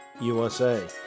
USA